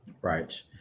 right